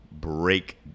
break